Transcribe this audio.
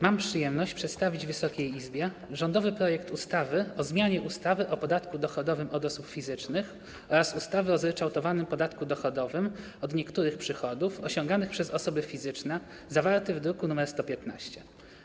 Mam przyjemność przedstawić Wysokiej Izbie rządowy projekt ustawy o zmianie ustawy o podatku dochodowym od osób fizycznych oraz ustawy o zryczałtowanym podatku dochodowym od niektórych przychodów osiąganych przez osoby fizyczne, zawarty w druku nr 115.